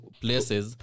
places